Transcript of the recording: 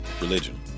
religion